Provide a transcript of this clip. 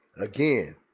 Again